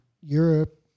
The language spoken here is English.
Europe